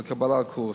לקורס: